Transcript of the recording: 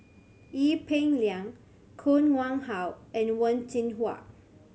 Ee Peng Liang Koh Nguang How and Wen Jinhua